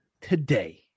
today